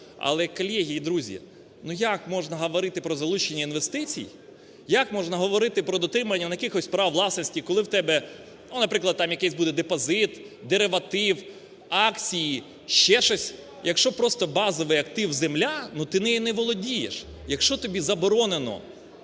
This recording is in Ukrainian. Але, колеги і друзі, ну, як можна говорити про залучення інвестицій, як можна говорити про дотримання якихось прав власності, коли в тебе, ну, наприклад, там якийсь був депозит, дериватив, акції, ще щось? Якщо просто базовий актив земля, но ти нею не володієш, якщо тобі заборонено